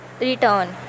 return